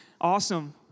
Awesome